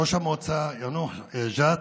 ראש המועצה יאנוח-ג'ת,